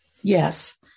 Yes